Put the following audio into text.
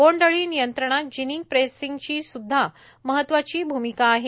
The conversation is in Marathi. बोंडअळी नियंत्रणात जिनिंग प्रेसिंगचीस्ध्दा महत्वाची भ्मिका आहे